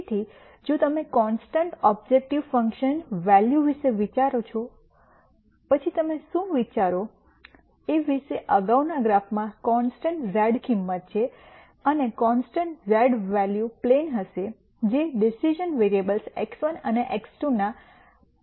તેથી જો તમે કોન્સ્ટન્ટ ઓબ્જેકટીવ ફંકશન વૅલ્યુસ વિશે વિચારો પછી તમે શું વિચારો વિશે અગાઉના ગ્રાફમાં કોન્સ્ટન્ટ z કિંમત છે અને કોન્સ્ટન્ટ z વૅલ્યુ પ્લેન હશે જે ડિસિઝન વેરીએબલ્સ x1 અને x2 ના પ્લેન ને પેરલલ હશે